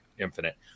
infinite